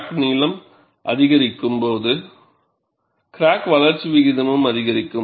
crack நீளம் அதிகரிக்கும் போது கிராக் வளர்ச்சி விகிதமும் அதிகரிக்கும்